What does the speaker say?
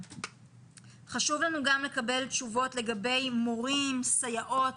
חשוב לנו גם לקבל תשובות לגבי מורים, סייעות,